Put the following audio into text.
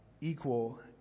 equal